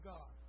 God